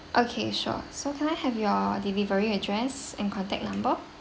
okay sure so can I have your delivery address and contact number